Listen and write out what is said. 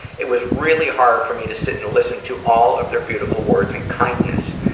it was really hard for me to sit and listen to all of their beautiful words and kindness.